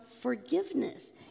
forgiveness